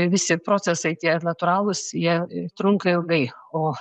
visi procesai tie natūralūs jie trunka ilgai o